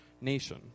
nation